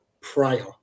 prior